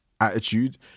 attitude